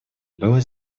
было